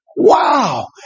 wow